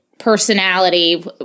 personality